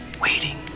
Waiting